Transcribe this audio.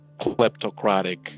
kleptocratic